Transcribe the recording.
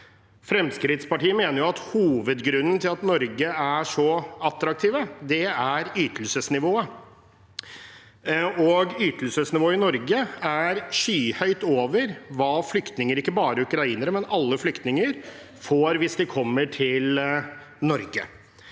Fremskrittspartiet mener at hovedgrunnen til at Norge er så attraktiv, er ytelsesnivået. Ytelsesnivået i Norge er skyhøyt når det gjelder hva flyktninger – ikke bare ukrainere, men alle flyktninger – får hvis de kommer til Norge.